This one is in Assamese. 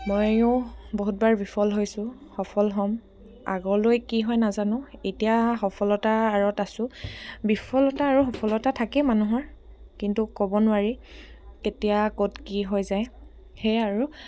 ময়ো বহুতবাৰ বিফল হৈছোঁ সফল হ'ম আগলৈ কি হয় নাজানো এতিয়া সফলতা আঁৰত আছোঁ বিফলতা আৰু সফলতা থাকেই মানুহৰ কিন্তু ক'ব নোৱাৰি কেতিয়া ক'ত কি হৈ যায় সেয়াই আৰু